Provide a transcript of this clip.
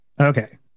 Okay